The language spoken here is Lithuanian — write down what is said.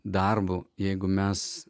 darbu jeigu mes